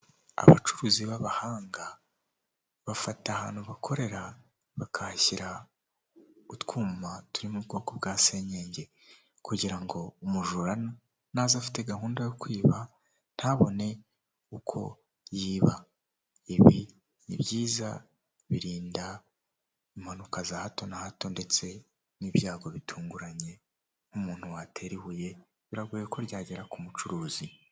Abagore benshi n'abagabo benshi bicaye ku ntebe bari mu nama batumbiriye imbere yabo bafite amazi yo kunywa ndetse n'ibindi bintu byo kunywa imbere yabo hari amamashini ndetse hari n'indangururamajwi zibafasha kumvikana.